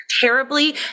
terribly